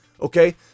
Okay